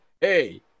Hey